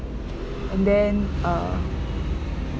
and then uh